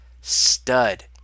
Stud